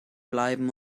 bleiben